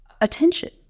attention